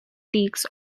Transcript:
critiques